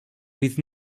with